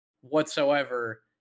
whatsoever